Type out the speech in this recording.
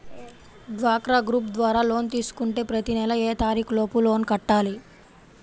డ్వాక్రా గ్రూప్ ద్వారా లోన్ తీసుకుంటే ప్రతి నెల ఏ తారీకు లోపు లోన్ కట్టాలి?